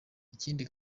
ikindi